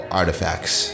artifacts